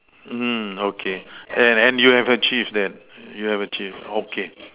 mm okay and and you have achieve that you have achieve okay